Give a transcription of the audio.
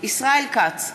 ישראל כץ,